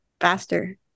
faster